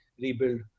rebuild